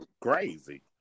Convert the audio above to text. crazy